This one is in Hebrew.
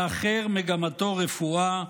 האחר מגמתו רפואה,